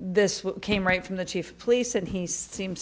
this came right from the chief of police and he seems